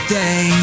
day